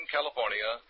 California